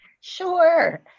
Sure